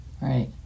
right